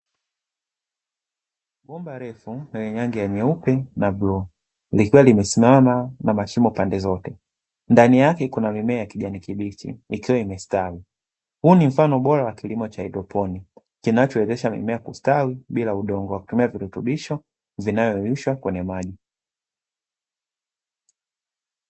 Bomba refu lenye rangi ya nyeupe na bluu, likiwa limesimama na mashimo pande zote, ndani yake kuna mimea ya kijani kibichi, ikiwa imestawi. Huu ni mfano bora wa kilimo cha haidroponi, kinachowezesha mimea kustawi bila udongo, kwa kutumia virutubisho vinavyoyeyushwa kwenye maji.